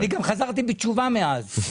אני גם חזרתי בתשובה מאז.